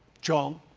jon